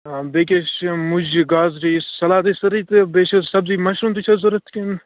آ بیٚیہِ کیٛاہ حظ چھِ یِم مُجہِ گازرِ یہِ سلادٕے سٲری تہٕ بیٚیہِ چھِ سبزی مشروٗم تہِ چھِ حظ ضروٗرت کِنہٕ